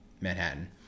manhattan